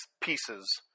pieces